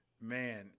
man